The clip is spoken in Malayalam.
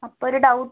അപ്പം ഒരു ഡൗട്ട്